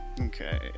Okay